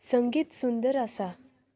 संगीत सुंदर आसा